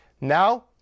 now